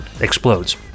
explodes